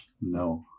No